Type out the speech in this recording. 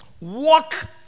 Walk